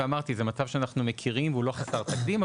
ואמרתי שזה מצב שאנחנו מכירים והוא לא חסר תקדים,